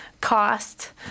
cost